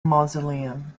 mausoleum